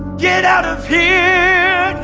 get out of here